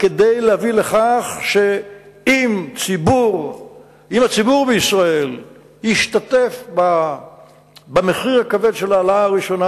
כדי להביא לכך שאם הציבור בישראל ישתתף במחיר הכבד של ההעלאה הראשונה,